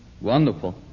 Wonderful